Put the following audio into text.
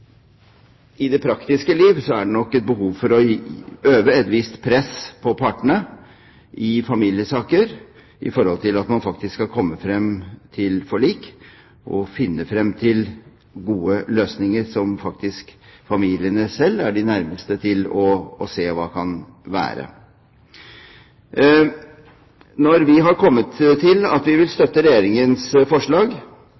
i det praktiske liv nok er behov for å øve et visst press på partene i familiesaker for at man faktisk skal komme frem til forlik og finne frem til gode løsninger, som familiene selv er de nærmeste til å se hva kan være. Når vi har kommet til at vi vil